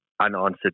unanswered